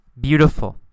beautiful